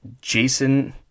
Jason